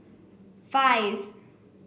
five